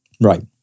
Right